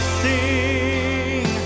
sing